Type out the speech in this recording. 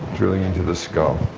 drilling into the skull.